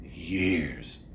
years